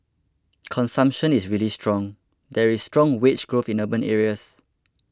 consumption is really strong there is strong wage growth in urban areas